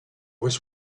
was